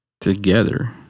together